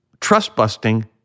trust-busting